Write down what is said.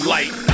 Light